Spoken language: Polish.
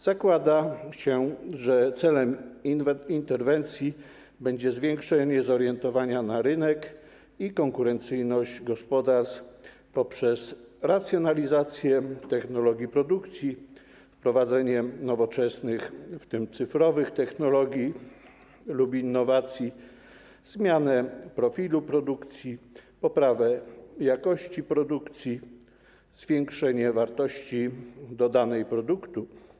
Zakłada się, że celem interwencji będzie zwiększenie zorientowania na rynek i konkurencyjność gospodarstw poprzez racjonalizację technologii produkcji, wprowadzenie nowoczesnych, w tym cyfrowych, technologii lub innowacji, zmianę profilu produkcji, poprawę jakości produkcji, zwiększenie wartości dodanej produktu.